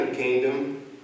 kingdom